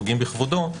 פוגעים בכבודו,